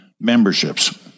memberships